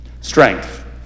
Strength